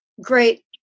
great